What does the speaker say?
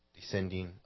descending